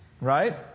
right